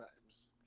times